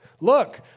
Look